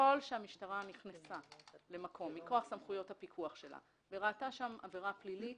שהמשטרה נכנסה למקום מכוח סמכויות הפיקוח שלה וראתה שם עבירה פלילית,